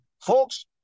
folks